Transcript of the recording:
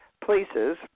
places